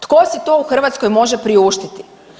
Tko si to u Hrvatskoj može priuštiti?